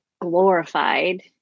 glorified